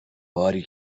باری